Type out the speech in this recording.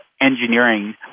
engineering